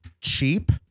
cheap